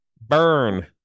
Burn